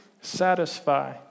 satisfy